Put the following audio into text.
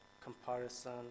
comparison